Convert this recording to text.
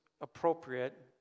appropriate